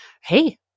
Hey